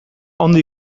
ondo